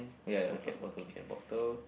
ya can bottle can bottle